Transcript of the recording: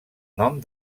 nom